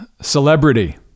celebrity